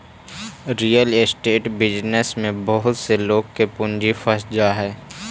real estate business में बहुत से लोग के पूंजी फंस जा हई